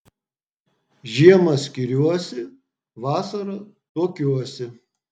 žiemą skiriuosi vasarą tuokiuosi